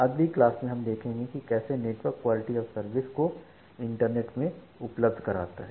अगली क्लास में हम देखेंगे कि कैसे नेटवर्क क्वालिटी ऑफ़ सर्विस को इंटरनेट में उपलब्ध कराता है